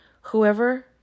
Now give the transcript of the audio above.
Whoever